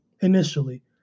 initially